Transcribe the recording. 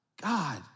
God